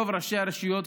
רוב ראשי הרשויות,